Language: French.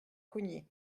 cognée